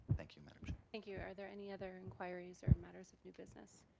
thank you madam chair. thank you. are there any other inquiries or matters of new business?